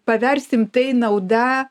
paversim tai nauda